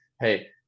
hey